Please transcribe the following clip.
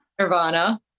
Nirvana